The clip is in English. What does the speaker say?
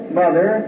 mother